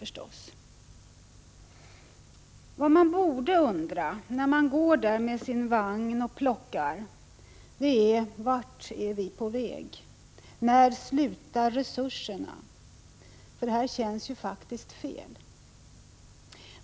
Vad man borde undra när man går där med sin vagn och plockar är: Vart är vi på väg? När slutar resurserna? För det här känns faktiskt fel.